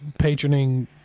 patroning